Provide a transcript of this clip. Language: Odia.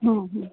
ହଁ ହଁ